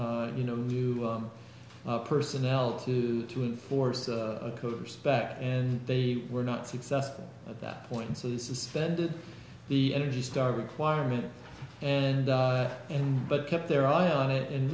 g you know new personnel to to enforce a code of respect and they were not successful at that point so the suspended the energy star requirement and and but kept their eye on it and